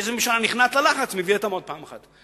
איזה מישהו היה נכנס ללחץ ומביא אותם עוד פעם אחת.